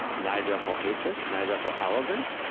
neither for hatred, neither for arrogance.